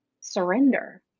surrender